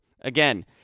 Again